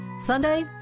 Sunday